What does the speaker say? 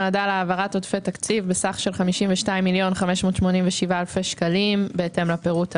נועדה להעברת עודפי תקציב בסך של 52,587,000 שקלים בהתאם לפירוט הבא: